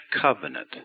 covenant